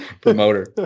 promoter